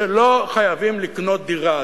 שלא חייבים לקנות דירה.